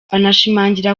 anashimangira